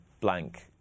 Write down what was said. blank